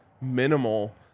minimal